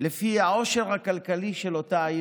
לפי העושר הכלכלי של אותה עיר.